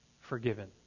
forgiven